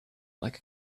like